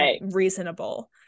reasonable